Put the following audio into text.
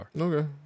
Okay